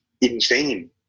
insane